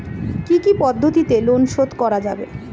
কি কি পদ্ধতিতে লোন শোধ করা যাবে?